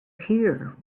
here